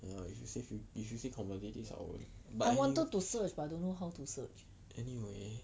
I wanted to search but I don't know how to search